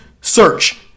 Search